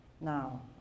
Now